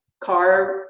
car